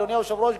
אדוני היושב-ראש,